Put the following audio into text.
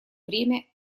время